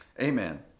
Amen